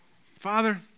Father